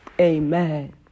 Amen